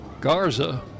Garza